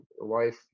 wife